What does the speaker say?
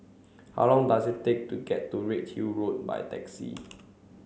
how long does it take to get to Redhill Road by taxi